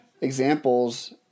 examples